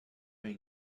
been